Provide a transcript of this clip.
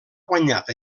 guanyat